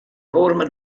forma